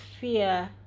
fear